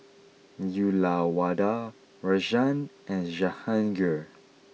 Uyyalawada Rajan and Jehangirr